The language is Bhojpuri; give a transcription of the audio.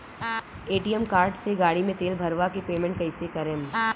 ए.टी.एम कार्ड से गाड़ी मे तेल भरवा के पेमेंट कैसे करेम?